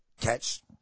Catch